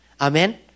Amen